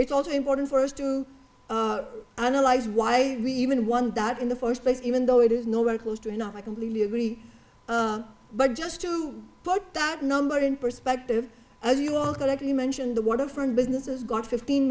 it's also important for us to analyze why we even won that in the first place even though it is nowhere close to enough i completely agree but just to put that number in perspective as you look at it you mentioned the waterfront business is gone fifteen